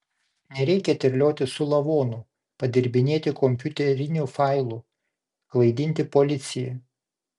nereikia terliotis su lavonu padirbinėti kompiuterinių failų klaidinti policiją